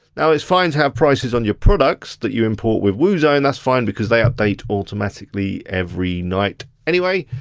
now it's fine to have prices on your products that you import with woozone, that's fine, because they update automatically every night anyway.